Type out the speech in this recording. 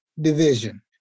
division